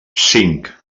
cinc